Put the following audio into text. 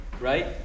right